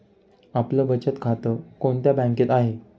आपलं बचत खातं कोणत्या बँकेत आहे?